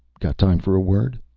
got time for a word?